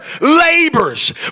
labors